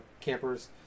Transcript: campers